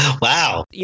Wow